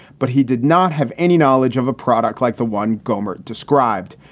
but he did not have any knowledge of a product like the one gohmert described.